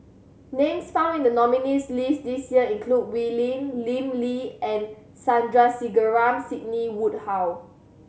names found in the nominees' list this year include Wee Lin Lim Lee and Sandrasegaran Sidney Woodhull